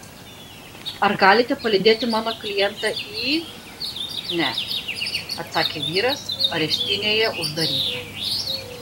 ar galite palydėti mano klientą į ne atsakė vyras areštinėje uždaryta